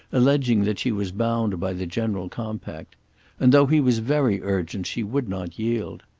alleging that she was bound by the general compact and though he was very urgent she would not yield.